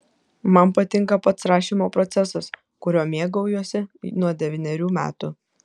man patinka pats rašymo procesas kuriuo mėgaujuosi nuo devynerių metų